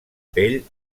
pell